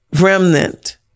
Remnant